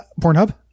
Pornhub